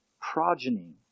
progeny